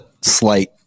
slight